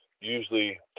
usually